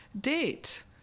date